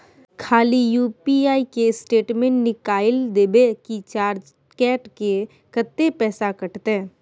खाली यु.पी.आई के स्टेटमेंट निकाइल देबे की चार्ज कैट के, कत्ते पैसा कटते?